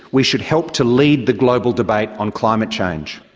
we should help to lead the global debate on climate change.